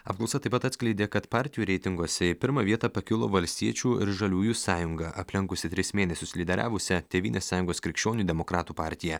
apklausa taip pat atskleidė kad partijų reitinguose į pirmą vietą pakilo valstiečių ir žaliųjų sąjunga aplenkusi tris mėnesius lyderiavusią tėvynės sąjungos krikščionių demokratų partiją